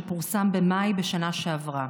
שפורסם במאי בשנה שעברה: